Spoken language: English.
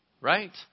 right